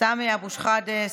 סמי אבו שחאדה,